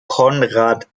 conrad